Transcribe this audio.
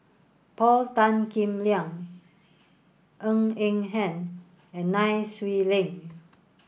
Paul Tan Kim Liang Ng Eng Hen and Nai Swee Leng